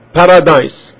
paradise